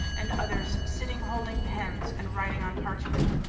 and others sitting holding pens and writing on parchment,